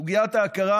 סוגיית ההכרה,